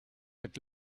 and